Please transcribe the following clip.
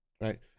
right